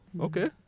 okay